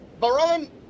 Baron